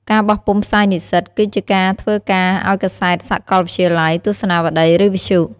ការបោះពុម្ពផ្សាយនិស្សិត គឺជាការធ្វើការឱ្យកាសែតសាកលវិទ្យាល័យ ទស្សនាវដ្តី ឬវិទ្យុ។